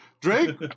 Drake